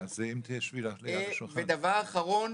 ודבר אחרון